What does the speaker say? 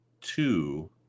two